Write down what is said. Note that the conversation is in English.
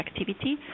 activity